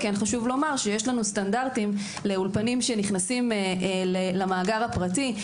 יש לנו סטנדרטים לאולפנים שנכנסים למאגר הפרטי.